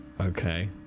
okay